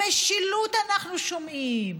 המשילות, אנחנו שומעים,